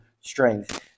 strength